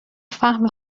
فهم